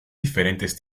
diferentes